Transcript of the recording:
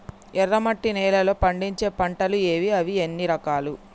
ఎర్రమట్టి నేలలో పండించే పంటలు ఏవి? అవి ఎన్ని రకాలు?